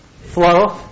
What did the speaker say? flow